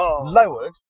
lowered